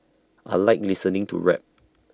I Like listening to rap